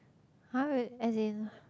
!huh! re~ as in